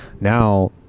now